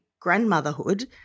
grandmotherhood